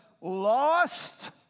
lost